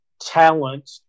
talent